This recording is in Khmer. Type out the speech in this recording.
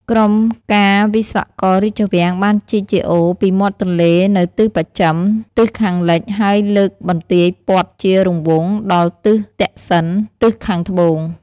ក្រមការវិស្វកររាជវាំង បានជីកជាអូរ ពីមាត់ទន្លេនៅទិសបស្ចិម (ទិសខាងលិច) ហើយលើកបន្ទាយព័ទ្ធជារង្វង់ ដល់ទិសទក្សិណ (ទិសខាងត្បូង)។